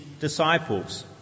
disciples